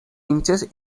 inches